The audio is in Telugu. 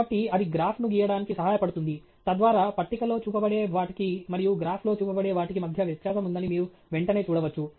కాబట్టి అది గ్రాఫ్ను గీయడానికి సహాయపడుతుంది తద్వారా పట్టికలో చూపబడే వాటికి మరియు గ్రాఫ్లో చూపబడే వాటికి మధ్య వ్యత్యాసం ఉందని మీరు వెంటనే చూడవచ్చు